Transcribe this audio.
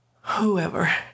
whoever